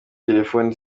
telefoni